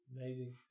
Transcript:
Amazing